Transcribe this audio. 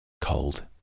Cold